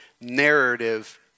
narrative